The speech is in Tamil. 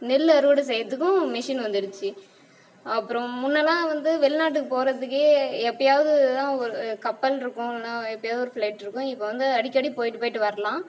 நெல் அறுவடை செய்கிறதுக்கும் மிஷின் வந்துடுச்சு அப்புறம் முன்னெலாம் வந்து வெளிநாட்டுக்கு போகிறதுக்கே எப்போயாவது தான் ஒரு கப்பல் இருக்கும் இல்லைனா எப்போயாவது ஒரு ஃபிளைட் இருக்கும் இப்போ வந்து அடிக்கடி போயிட்டு போயிட்டு வரலாம்